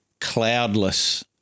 cloudless